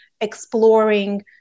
exploring